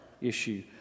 issue